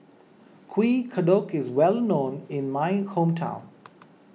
Kuih Kodok is well known in my hometown